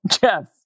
Jeff